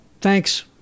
thanks